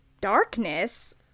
Darkness